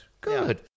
good